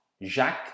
Jacques